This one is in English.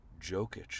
Jokic